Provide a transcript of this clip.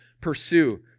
pursue